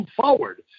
forward